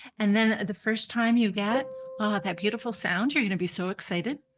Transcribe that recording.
and then the first time you get ah that beautiful sound you're going to be so excited.